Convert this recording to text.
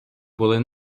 були